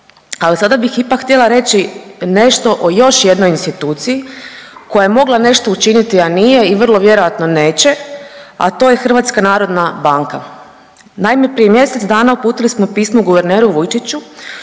Ali sada bih ipak htjela reći nešto o još jednoj instituciji koja je mogla nešto učiniti, a nije i vrlo vjerojatno neće, a to je HNB. Naime, prije mjesec dana uputili smo pismo guverneru Vujčiću